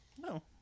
No